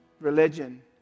Religion